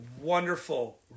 wonderful